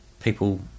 people